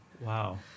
Wow